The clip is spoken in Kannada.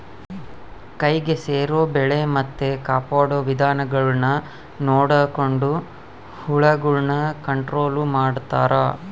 ಕೈಗೆ ಸೇರೊ ಬೆಳೆ ಮತ್ತೆ ಕಾಪಾಡೊ ವಿಧಾನಗುಳ್ನ ನೊಡಕೊಂಡು ಹುಳಗುಳ್ನ ಕಂಟ್ರೊಲು ಮಾಡ್ತಾರಾ